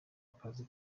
akazi